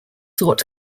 sought